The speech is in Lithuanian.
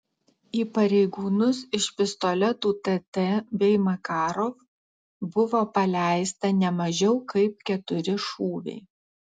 į pareigūnus iš pistoletų tt bei makarov buvo paleista ne mažiau kaip keturi šūviai